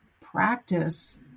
practice